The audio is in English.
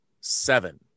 Seven